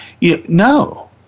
No